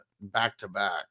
back-to-back